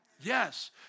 Yes